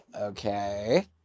okay